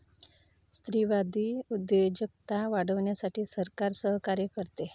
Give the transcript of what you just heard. स्त्रीवादी उद्योजकता वाढवण्यासाठी सरकार सहकार्य करते